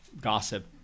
gossip